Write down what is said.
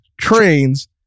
Trains